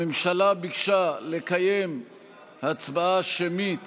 הממשלה ביקשה לקיים הצבעה שמית